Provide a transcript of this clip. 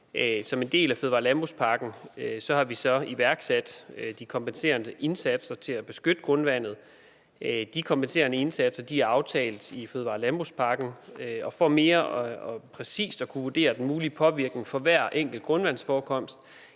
Som en del af fødevare- og landbrugspakken har vi iværksat de kompenserende indsatser til at beskytte grundvandet. De kompenserende indsatser er aftalt i fødevare- og landbrugspakken, og for mere præcist at kunne vurdere den mulige påvirkning for hver enkelt grundvandsforekomst